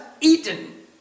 eaten